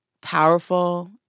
powerful